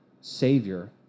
Savior